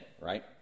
right